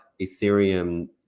Ethereum